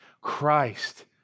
Christ